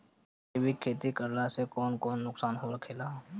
जैविक खेती करला से कौन कौन नुकसान होखेला?